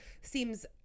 seems